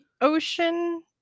ocean